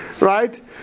right